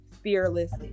fearless